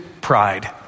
pride